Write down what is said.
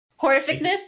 Horrificness